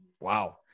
Wow